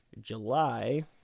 July